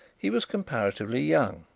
he was comparatively young,